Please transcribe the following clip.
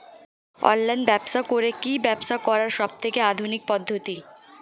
Online ব্যবসা করে কি ব্যবসা করার সবথেকে আধুনিক পদ্ধতি?